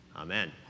Amen